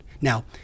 Now